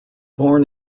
born